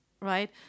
right